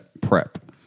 prep